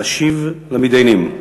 להשיב למתדיינים.